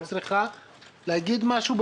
וגם על מה שקרה בנהרייה ומה שקרה בתל אביב לצערנו הרב.